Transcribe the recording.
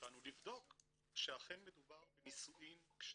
לבדוק שאכן מדובר בנישואין כשרים.